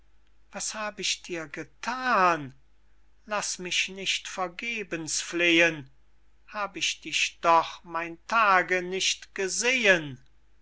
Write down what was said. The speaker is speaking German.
was hab ich dir gethan laß mich nicht vergebens flehen hab ich dich doch mein tage nicht gesehen